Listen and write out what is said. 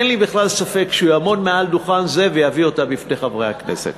אין לי בכלל ספק שהוא יעמוד מעל דוכן זה ויביא אותה בפני חברי הכנסת.